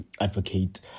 Advocate